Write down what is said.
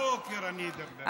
עד הבוקר אני אדבר.